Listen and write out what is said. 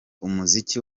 umuziki